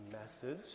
message